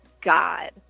God